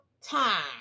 time